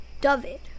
David